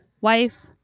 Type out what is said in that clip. wife